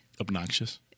Obnoxious